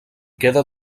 queda